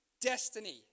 destiny